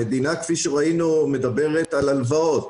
המדינה, כפי שראינו, מדברת על הלוואות.